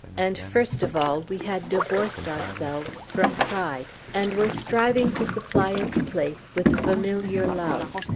and, first of all, we had divorced ourselves from pride, and were striving to supply its place with familiar love.